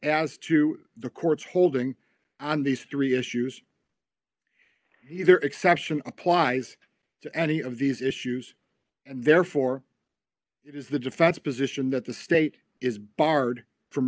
as to the court's holding on these three issues either exception applies to any of these issues and therefore it is the defense position that the state is barred from